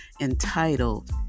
entitled